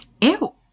ew